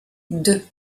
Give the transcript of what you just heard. deux